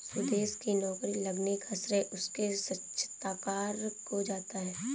सुदेश की नौकरी लगने का श्रेय उसके साक्षात्कार को जाता है